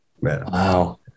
wow